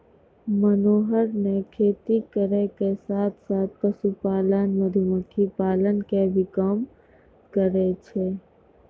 मनोहर नॅ खेती करै के साथॅ साथॅ, पशुपालन, मधुमक्खी पालन के भी काम करै छै